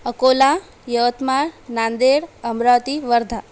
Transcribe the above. Akola Yavatmal Nanded Amravati Wardha